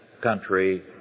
country